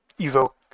evoke